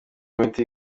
miti